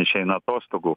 išeina atostogų